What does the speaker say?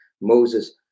Moses